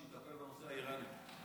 שיטפל בנושא האיראני.